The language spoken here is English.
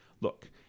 look